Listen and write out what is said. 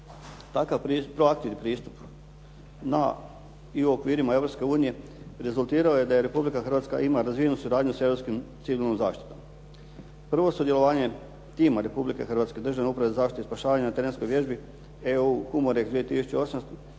Takav proaktivnu pristup na i u okvirima Europske unije rezultirao je da je Republika Hrvatska ima razvijenu suradnju sa Europskom civilnom zaštitom. Prvo sudjelovanje tima Republike Hrvatske Državne uprave za zaštitu i spašavanje na terenskoj vježbi EU "Humorix" 2008.